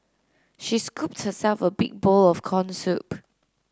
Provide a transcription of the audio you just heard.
she scooped herself a big bowl of corn soup